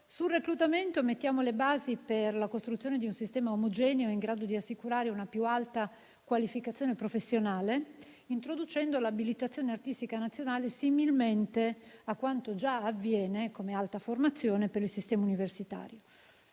il reclutamento, mettiamo le basi per la costruzione di un sistema omogeneo, in grado di assicurare una più alta qualificazione professionale, introducendo l'abilitazione artistica nazionale, similmente a quanto già avviene come Alta formazione per il sistema universitario;